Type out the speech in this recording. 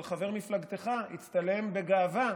אבל חבר מפלגתך הצטלם בגאווה